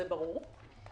זה ברור.